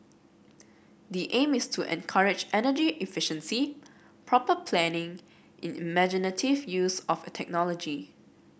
the aim is to encourage energy efficiency proper planning imaginative use of technology